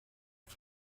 ati